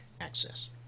access